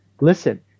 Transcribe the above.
listen